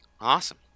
Awesome